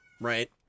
right